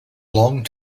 long